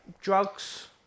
Drugs